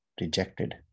Rejected